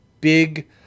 big